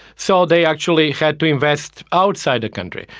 so they actually had to invest outside the country.